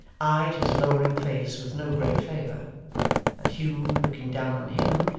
eyed his lowering face with no great favour and hugh, looking down on him,